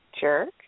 Jerk